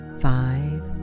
five